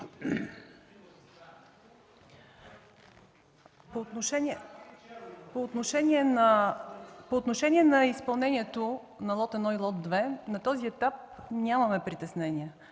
По отношение на изпълнението на лот 1 и лот 2 на този етап нямаме притеснения.